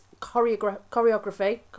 choreography